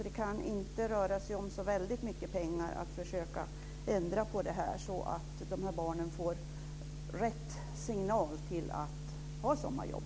Det kan alltså inte röra sig om så väldigt mycket pengar när det gäller att försöka ändra på det här, så att de här barnen får rätt signal för att ta sommarjobb.